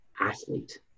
athlete